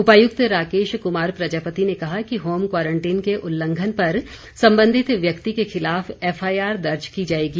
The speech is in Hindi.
उपायुक्त राकेश कुमार प्रजापति ने कहा कि होम क्वारंटीन के उल्लंघन पर संबंधित व्यक्ति के खिलाफ एफआईआर दर्ज की जाएगी